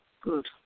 Good